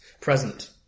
present